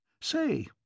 Say